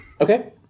Okay